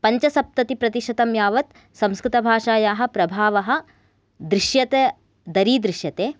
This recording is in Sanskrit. पञ्चसप्तति प्रतिशतं यावत् संस्कृत भाषायाः प्रभावः दृश्यत दरीदृश्यते